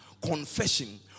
confession